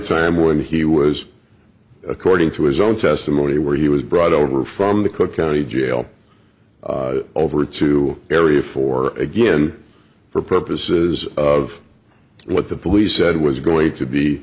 time when he was according to his own testimony where he was brought over from the cook county jail over to area for again for purposes of what the police said was going to be